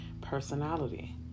personality